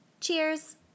Cheers